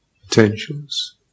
potentials